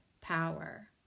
power